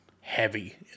heavy